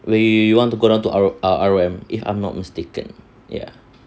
when you want to go down to R_O_M if I'm not mistaken ya